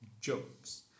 jokes